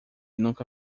nunca